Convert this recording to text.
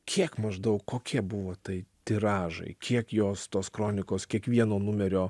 kiek maždaug kokie buvo tai tiražai kiek jos tos kronikos kiekvieno numerio